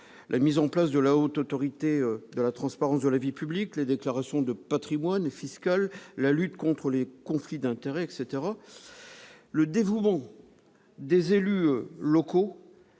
la mise en place de la Haute Autorité pour la transparence de la vie publique, les déclarations de patrimoine, la lutte contre les conflits d'intérêts, etc. Le dévouement des élus locaux